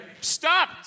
stop